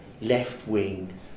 left-wing